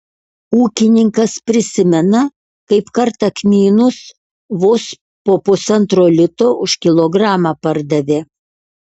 ūkininkas prisimena kaip kartą kmynus vos po pusantro lito už kilogramą pardavė